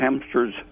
hamsters